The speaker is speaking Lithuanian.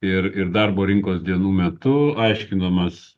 ir ir darbo rinkos dienų metu aiškinomas